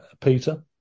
Peter